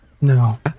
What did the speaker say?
No